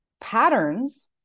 patterns